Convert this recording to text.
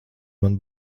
man